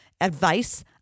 advice